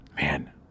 Man